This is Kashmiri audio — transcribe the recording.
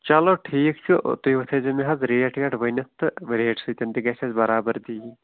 چَلو ٹھیٖک چھُ تُہۍ تھٲزیٚو مےٚ حظ ریٹ ویٹ ؤنِتھ تہٕ ریٹہِ سۭتۍ تہِ گَژھہِ اسہِ بَرابٔردی یِنۍ